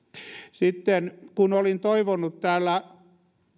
olin toivonut täällä